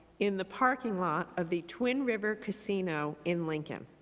in the parking lot of the twin river casino in lincoln.